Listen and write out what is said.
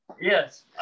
Yes